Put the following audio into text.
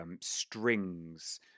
strings